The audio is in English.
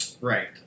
Right